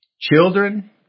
Children